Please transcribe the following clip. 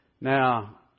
Now